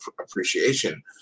appreciation